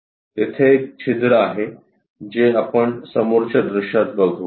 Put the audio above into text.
तेथे एक छिद्र आहे जे आपण समोरच्या दृश्यात बघू